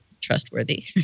trustworthy